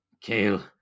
Kale